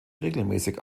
regelmäßig